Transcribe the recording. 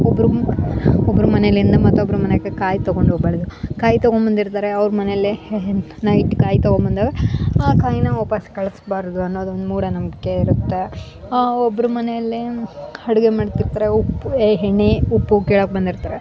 ಒಬ್ಬರು ಒಬ್ಬರು ಮನೆಯಿಂದ ಮತ್ತೊಬ್ಬರ ಮನೆಗೆ ಕಾಯಿ ತೊಗೊಂಡೋಗ್ಬಾರ್ದು ಕಾಯಿ ತೊಗೊಂಡ್ಬಂದಿರ್ತಾರೆ ಅವ್ರ ಮನೇಲೆ ನೈಟ್ ಕಾಯಿ ತಗೊಂಡ್ಬಂದಾಗ ಆ ಕಾಯಿನ ವಾಪಸ್ಸು ಕಳಿಸ್ಬಾರ್ದು ಅನ್ನೋದೊಂದು ಮೂಢನಂಬಿಕೆ ಇರುತ್ತೆ ಆ ಒಬ್ಬರು ಮನೆಯಲ್ಲೇ ಅಡುಗೆ ಮಾಡ್ತಿರ್ತಾರೆ ಉಪ್ಪು ಎ ಎಣ್ಣೆ ಉಪ್ಪು ಕೇಳೋಕೆ ಬಂದಿರ್ತಾರೆ